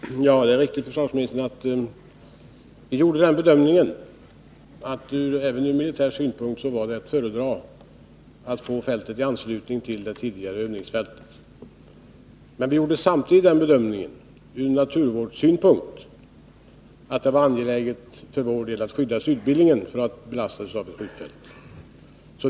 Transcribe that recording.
Herr talman! Ja, det är riktigt, herr försvarsminister, att vi gjorde den bedömningen att det bl.a. ur militär synpunkt var att föredra att få skjutfältet i anslutning till det tidigare övningsfältet. Men vi gjorde samtidigt den bedömningen att det från naturvårdssynpunkt var angeläget att skydda Sydbillingen från den belastning som skjutfältet medför.